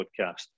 podcast